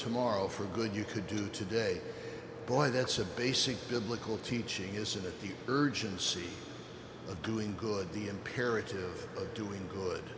tomorrow for good you could do today boy that's a basic biblical teaching isn't it the urgency of doing good the imperative of doing good